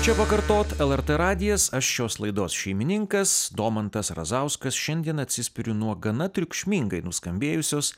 čia pakartot lrt radijas aš šios laidos šeimininkas domantas razauskas šiandien atsispiriu nuo gana triukšmingai nuskambėjusios